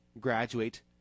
graduate